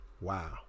Wow